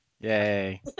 Yay